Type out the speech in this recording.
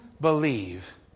believe